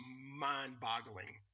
mind-boggling